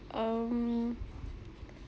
um